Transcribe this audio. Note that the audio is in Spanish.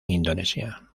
indonesia